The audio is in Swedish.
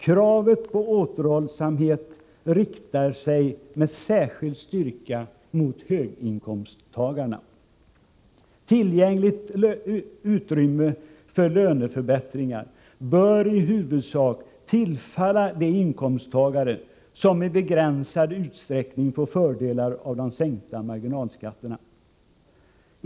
Kravet på återhållsamhet riktar sig med särskild styrka mot höginkomsttagarna. Tillgängligt utrymme för löneförbättringar bör i huvudsak tillfalla de inkomsttagare som i begränsad utsträckning får fördelar av de sänkta marginalskatterna.